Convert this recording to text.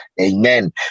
amen